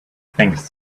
things